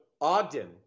Ogden